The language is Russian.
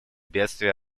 бедствия